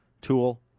tool